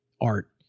art